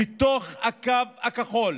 בתוך הקו הכחול,